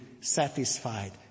satisfied